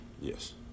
Yes